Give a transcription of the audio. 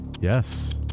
Yes